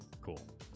Cool